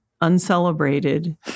uncelebrated